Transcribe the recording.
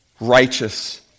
righteous